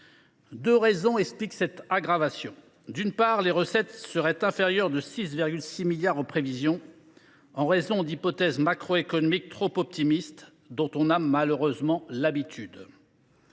Deux raisons expliquent cette aggravation. La première, c’est que les recettes seraient inférieures de 6,6 milliards d’euros aux prévisions, en raison d’hypothèses macroéconomiques trop optimistes, dont nous avons malheureusement l’habitude.